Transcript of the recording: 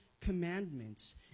Commandments